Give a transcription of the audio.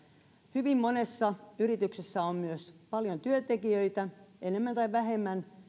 hyvin monessa yrityksessä on myös paljon työntekijöitä enemmän tai vähemmän